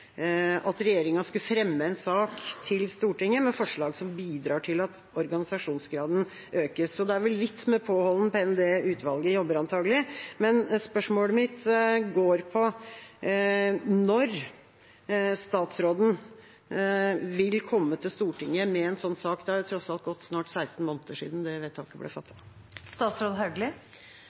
at regjeringa skulle fremme en sak til Stortinget med forslag som bidrar til at organisasjonsgraden økes. Så det er vel med litt påholden penn det utvalget jobber, antakelig. Men spørsmålet mitt går på når statsråden vil komme til Stortinget med en sånn sak. Det har tross alt gått snart 16 måneder siden det vedtaket ble